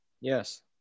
Yes